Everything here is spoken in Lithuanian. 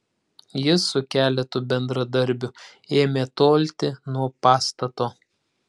jis su keletu bendradarbių ėmė tolti nuo pastato